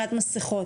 מבחינת מסכות,